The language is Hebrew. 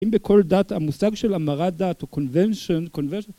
אם בכל דת המושג של המרת דת הוא convention